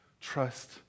Trust